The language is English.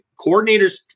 coordinators